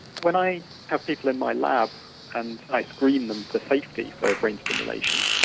when i have people in my lab and i screen them for safety for brain stimulation,